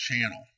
channel